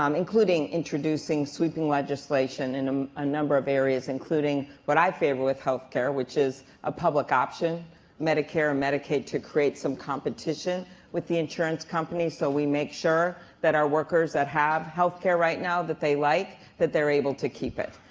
um including introducing sweeping legislation in um a number of areas, including what i favor with health care, which is a public option medicare and medicaid to create some competition with the insurance company so we make sure that our workers that have health care right now that they like, that they're able to keep it.